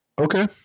Okay